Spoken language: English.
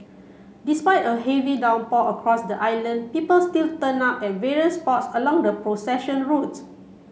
despite a heavy downpour across the island people still turn up at various spots along the procession route